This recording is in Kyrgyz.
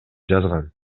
жазган